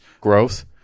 growth